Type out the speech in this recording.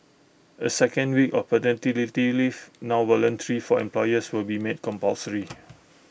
A second week of paternity leave now voluntary for employers will be made compulsory